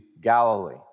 Galilee